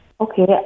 Okay